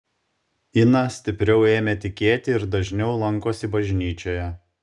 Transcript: ina stipriau ėmė tikėti ir dažniau lankosi bažnyčioje